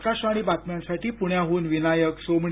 आकाशवाणी बातम्यांसाठी पूण्याहून विनायक सोमणी